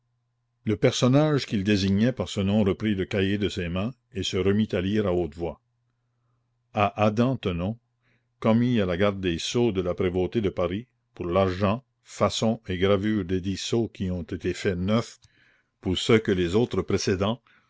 le personnage qu'il désignait par ce nom reprit le cahier de ses mains et se remit à lire à haute voix à adam tenon commis à la garde des sceaux de la prévôté de paris pour l'argent façon et gravure desdits sceaux qui ont été faits neufs pour ce que les autres précédents